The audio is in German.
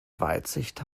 weitsicht